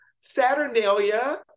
Saturnalia